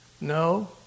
No